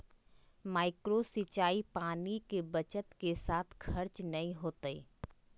micro सिंचाई पानी के बचत के साथ खर्च नय होतय